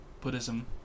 Buddhism